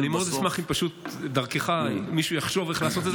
אני מאוד אשמח אם דרכך מישהו יחשוב איך לעשות את זה.